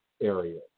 area